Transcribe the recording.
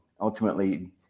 ultimately